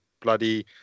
bloody